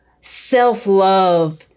self-love